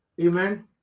Amen